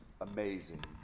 amazing